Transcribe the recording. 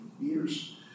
years